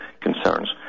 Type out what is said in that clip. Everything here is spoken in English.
concerns